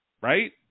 right